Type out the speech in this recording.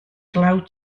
glaw